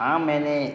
हाँ मैंने